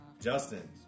Justin